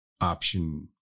option